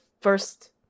first